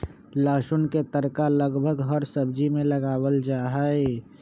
लहसुन के तड़का लगभग हर सब्जी में लगावल जाहई